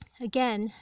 Again